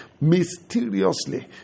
mysteriously